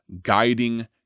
guiding